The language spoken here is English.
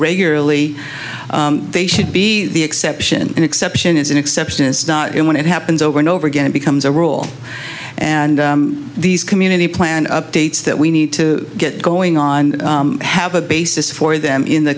regularly they should be the exception and exception is an exception is not when it happens over and over again it becomes a rule and these community plan updates that we need to get going on have a basis for them in the